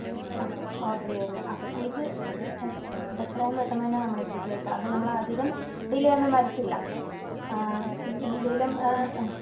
ആ ഓർഡർ ചെയ്ത് ആ ഇത് എത്രയും പെട്ടെന്ന് തന്നെ നമ്മൾ എത്തിച്ചേക്കാം അത് നമ്മൾ അധികം ഡിലേ ഒന്നും വരിത്തില്ല ഇനി എന്തേലും ആ